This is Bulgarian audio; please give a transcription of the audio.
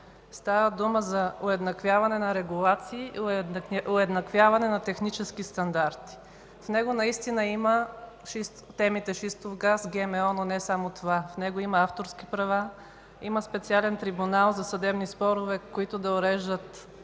Става дума за уеднаквяване на регулации, уеднаквяване на технически стандарти. В него наистина има темите: шистов газ, ГМО, но не само това. В него има авторски права, има специален трибунал за съдебни спорове, които да уреждат